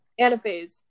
Anaphase